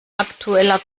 aktueller